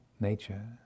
nature